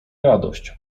radość